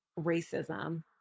racism